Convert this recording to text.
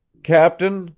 captain,